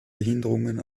behinderungen